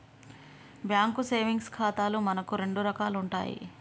bank savings ఖాతాలు మనకు రెండు రకాలు ఉంటాయి